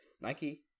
Nike